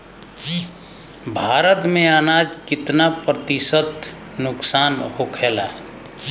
भारत में अनाज कितना प्रतिशत नुकसान होखेला?